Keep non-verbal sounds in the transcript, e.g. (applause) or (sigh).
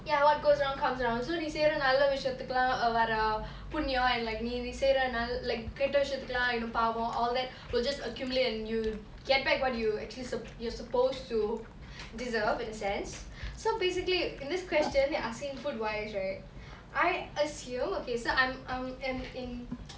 ya what goes around comes around so நீ செய்ர நல்ல விசயதுகளா:nee seira nalla visayathukala err வார புன்னியோ:vaara punniyo and like நீ நீ செய்ர நல்ல:nee nee seira nalla like கெட்ட விசயதுகலா:ketta visayathukula you know பாவோ:pavo all that will just accumulate and you get back what you actually you're supposed to deserve in a sense so basically in this question they asking food wise right I assume okay so I'm I'm in (noise)